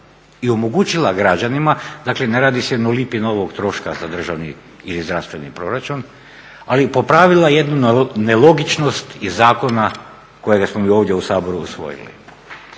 i omogućila građanima. Dakle, ne radi se ni o lipi novog troška za državni ili zdravstveni proračun, ali popravila jednu nelogičnost iz zakona kojega smo mi ovdje u Saboru usvojili.